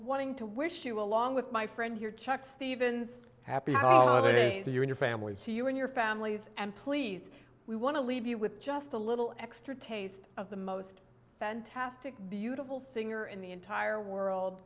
wanting to wish you along with my friend here chuck stevens happy hour that is your families to you and your families and please we want to leave you with just a little extra taste of the most fantastic beautiful singer in the entire world